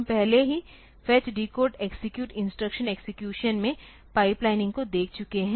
हम पहले ही fetch decode execute instruction execution में पाइपलाइन को देख चुके हैं